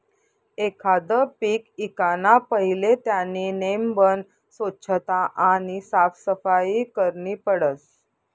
एखांद पीक ईकाना पहिले त्यानी नेमबन सोच्छता आणि साफसफाई करनी पडस